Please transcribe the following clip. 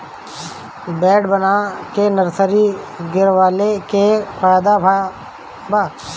Bed बना के nursery गिरवले के का फायदा बा?